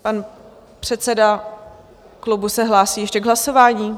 Pan předseda klubu se hlásí ještě k hlasování?